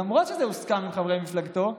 למרות שזה הוסכם עם חברי מפלגתו,